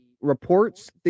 reports